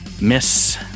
Miss